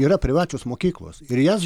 yra privačios mokyklos ir jas